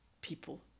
people